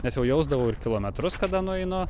nes jau jausdavau ir kilometrus kada nueinu